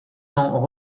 dents